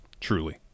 Truly